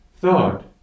thought